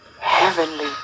heavenly